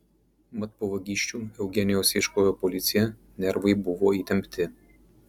mat po vagysčių eugenijaus ieškojo policija nervai buvo įtempti